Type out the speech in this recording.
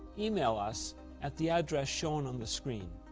email us at the address shown on the screen.